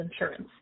insurance